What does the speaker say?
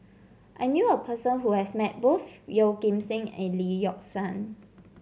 I knew a person who has met both Yeoh Ghim Seng and Lee Yock Suan